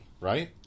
right